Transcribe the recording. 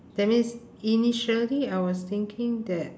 that means initially I was thinking that